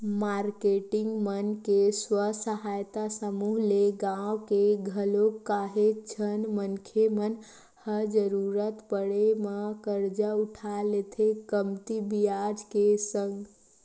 marketing मन के स्व सहायता समूह ले गाँव के घलोक काहेच झन मनखे मन ह जरुरत पड़े म करजा उठा लेथे कमती बियाज के संग